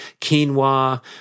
quinoa